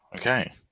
okay